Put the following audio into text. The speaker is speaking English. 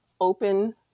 open